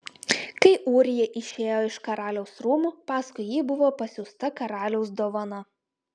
kai ūrija išėjo iš karaliaus rūmų paskui jį buvo pasiųsta karaliaus dovana